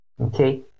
okay